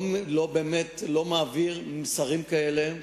לא מעביר מסרים כאלה.